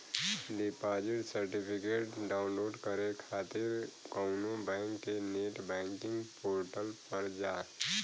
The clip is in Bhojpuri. डिपॉजिट सर्टिफिकेट डाउनलोड करे खातिर कउनो बैंक के नेट बैंकिंग पोर्टल पर जा